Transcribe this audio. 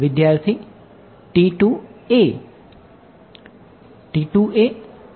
વિદ્યાર્થી T 2 a